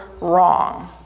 wrong